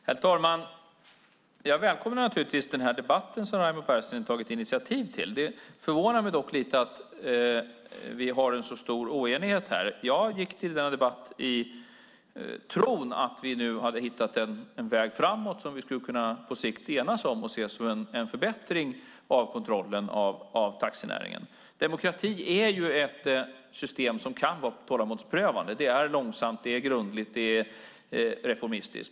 Herr talman! Jag välkomnar naturligtvis denna debatt som Raimo Pärssinen har tagit initiativ till. Det förvånar mig dock lite att vi har en så stor oenighet här. Jag gick till denna debatt i tron att vi nu hade hittat en väg framåt som vi på sikt skulle kunna enas om och se som en förbättring av kontrollen av taxinäringen. Demokrati är ett system som kan vara tålamodsprövande. Det är långsamt, det är långsamt och det är reformistiskt.